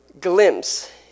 glimpse